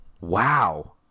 Wow